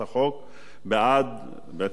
בעצם בעד שתי הצעות החוק,